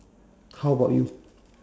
how about you